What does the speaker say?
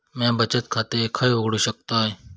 म्या बचत खाते खय उघडू शकतय?